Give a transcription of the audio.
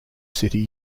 city